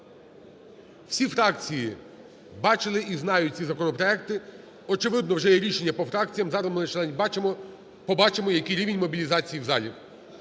Всі фракції бачили і знають ці законопроекти. Очевидно, вже є рішення по фракціях, зараз ми побачимо, який рівень мобілізації в залі.